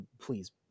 Please